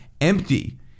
empty